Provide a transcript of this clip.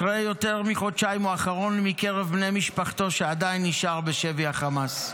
אחרי יותר מחודשיים הוא האחרון מקרב בני משפחתו שעדיין נשאר בשבי החמאס.